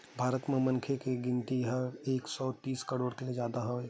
भारत म मनखे के गिनती ह एक सौ तीस करोड़ ले जादा हे